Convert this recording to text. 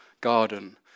garden